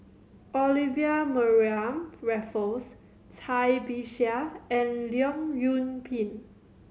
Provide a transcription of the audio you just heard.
Olivia Mariamne Raffles Cai Bixia and Leong Yoon Pin